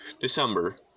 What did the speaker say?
December